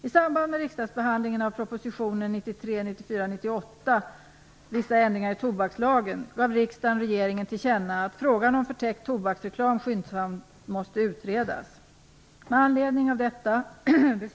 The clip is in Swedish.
I samband med riksdagsbehandlingen av propositionen 1993/94:98 Vissa ändringar i tobakslagen gav riksdagen regeringen till känna att frågan om förtäckt tobaksreklam skyndsamt måste utredas .